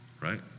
Right